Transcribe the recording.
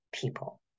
people